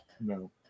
No